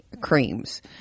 creams